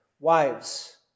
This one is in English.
Wives